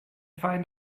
find